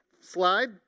slide